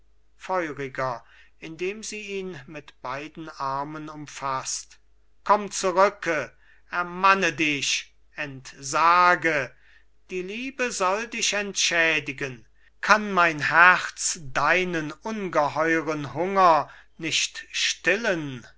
feuriger indem sie ihn mit beiden armen umfaßt komm zurücke ermanne dich entsage die liebe soll dich entschädigen kann mein herz deinen ungeheuren hunger nicht stillen